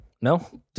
No